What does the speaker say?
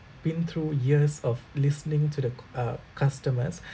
been through years of listening to the uh customers